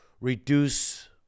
reduce